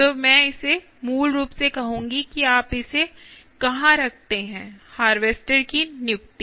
तो मैं इसे मूल रूप से कहूंगी कि आप इसे कहां रखते हैं हार्वेस्टर की नियुक्ति